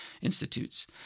institutes